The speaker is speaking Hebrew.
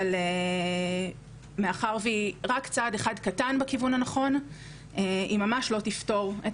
אבל מאחר והיא רק צעד אחד קטן בכיוון הנכון היא ממש לא הולכת לפתור את